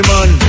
Man